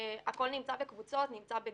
הכל נמצא בקבוצות, נמצא בגדודים,